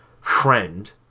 friend